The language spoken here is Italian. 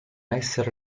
esser